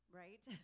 right